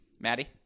Maddie